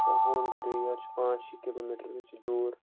home delivery حظ چھِ پانٛژھ شےٚ کِلوٗ میٹر یہِ چھُ دور